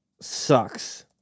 sucks